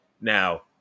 Now